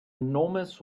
enormous